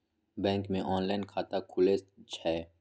Bank मे online खाता खुले छै?